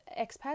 expats